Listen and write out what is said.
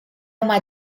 uma